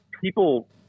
people –